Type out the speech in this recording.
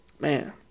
Man